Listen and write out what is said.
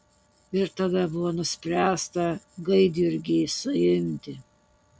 ir tada buvo nuspręsta gaidjurgį suimti